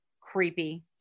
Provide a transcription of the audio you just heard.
creepy